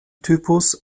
typus